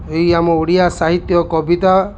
ଏଇ ଆମ ଓଡ଼ିଆ ସାହିତ୍ୟ କବିତା